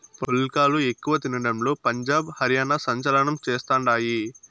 పుల్కాలు ఎక్కువ తినడంలో పంజాబ్, హర్యానా సంచలనం చేస్తండాయి